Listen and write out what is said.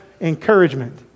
encouragement